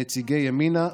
נציגי ימינה,